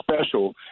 special